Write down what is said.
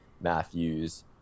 Matthews